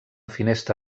finestra